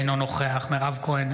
אינו נוכח מירב כהן,